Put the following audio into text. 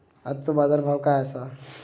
आजचो बाजार भाव काय आसा?